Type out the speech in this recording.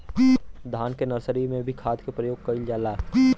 धान के नर्सरी में भी खाद के प्रयोग कइल जाला?